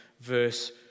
verse